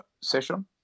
session